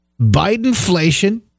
Bidenflation